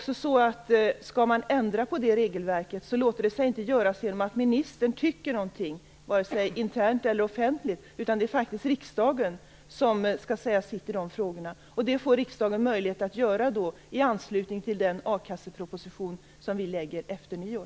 Skall man ändra på det här regelverket låter det sig inte göras genom att ministern tycker någonting - internt eller offentligt - utan det är faktiskt riksdagen som skall säga sitt i de här frågorna, och det får riksdagen möjlighet att göra i anslutning till att vi lägger fram vår a-kasseproposition efter nyår.